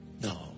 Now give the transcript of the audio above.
No